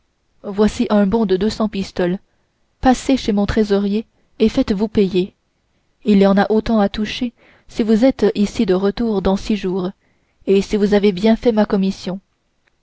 voici un bon de deux cents pistoles passez chez mon trésorier et faites-vous payer il y en a autant à toucher si vous êtes ici de retour dans six jours et si vous avez bien fait ma commission